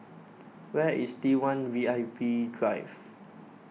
where is T one V I P Drive